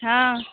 हँ